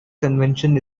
convention